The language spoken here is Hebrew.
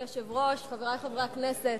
היושב-ראש, חברי חברי הכנסת,